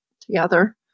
together